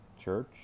church